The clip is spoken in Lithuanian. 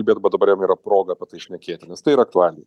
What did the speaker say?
bet dabar jam yra proga pasišnekėti nes tai yra aktualija